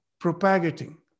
propagating